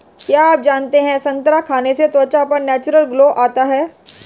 क्या आप जानते है संतरा खाने से त्वचा पर नेचुरल ग्लो आता है?